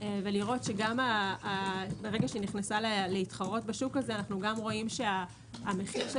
ולראות שגם ברגע שנכנסה להתחרות בשוק הזה המחיר של